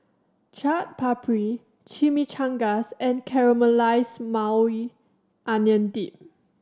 Chaat Papri Chimichangas and Caramelized Maui Onion Dip